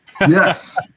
Yes